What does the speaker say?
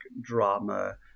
drama